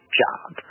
job